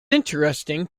interesting